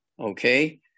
Okay